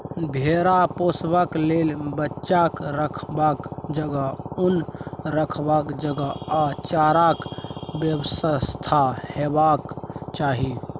भेरा पोसय लेल बच्चाक रखबाक जगह, उन रखबाक जगह आ चाराक बेबस्था हेबाक चाही